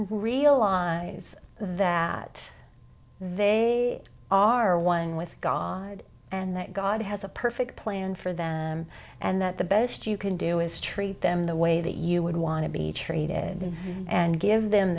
realize that they are one with god and that god has a perfect plan for them and that the best you can do is treat them the way that you would want to be treated and give them